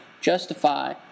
justify